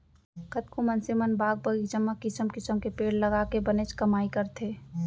कतको मनसे मन बाग बगीचा म किसम किसम के पेड़ लगाके बनेच कमाई करथे